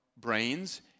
brains